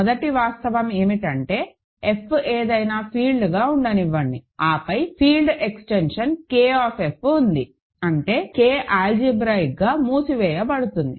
మొదటి వాస్తవం ఏమిటంటే F ఏదైనా ఫీల్డ్గా ఉండనివ్వండి ఆపై ఫీల్డ్ ఎక్స్టెన్షన్ K ఉంది అంటే K ఆల్జీబ్రాయిక్ గా మూసివేయబడుతుంది